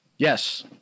Yes